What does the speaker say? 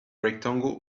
rectangle